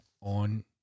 on